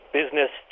business